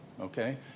okay